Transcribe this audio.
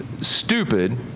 stupid